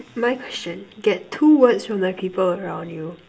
my question get two words from the people around you